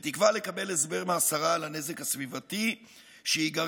בתקווה לקבל הסבר מהשרה על הנזק הסביבתי שייגרם